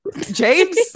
James